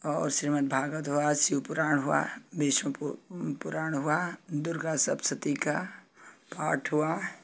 और श्रीमद्भागवत हुआ शिव पुराण हुआ विष्णु पु पुराण हुआ दुर्गा सप्तशती का पाठ हुआ